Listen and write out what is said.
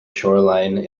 shoreline